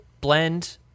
blend